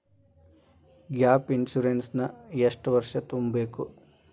Gap insurance ನ ಎಷ್ಟ್ ವರ್ಷ ತುಂಬಕು?